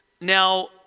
Now